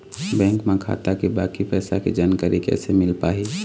Bank म खाता के बाकी पैसा के जानकारी कैसे मिल पाही?